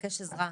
לבקש עזרה,